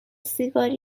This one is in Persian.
سیگارو